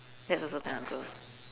that's also kind of gross